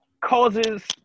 causes